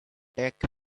take